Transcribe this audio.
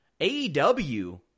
AEW